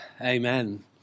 Amen